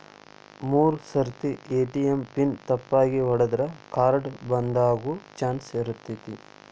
ಮೂರ್ ಸರ್ತಿ ATM PIN ತಪ್ಪಾಗಿ ಹೊಡದ್ರ ಕಾರ್ಡ್ ಬಂದಾಗೊ ಚಾನ್ಸ್ ಇರ್ತೈತಿ